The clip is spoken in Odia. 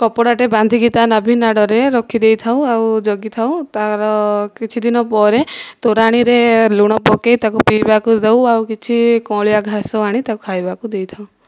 କପଡ଼ାଟେ ବାନ୍ଧି କି ତା ନାଭିନାଡ଼ରେ ରଖିଦେଇଥାଉ ଆଉ ଜଗିଥାଉ ତା'ର କିଛି ଦିନ ପରେ ତୋରଣୀରେ ଲୁଣ ପକାଇ ତାକୁ ପିଇବାକୁ ଦେଉ ଆଉ ତାକୁ କିଛି କଅଁଳିଆ ଘାସ ଆଣି ତାକୁ ଖାଇବାକୁ ଦେଇଥାଉ